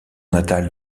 natale